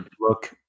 look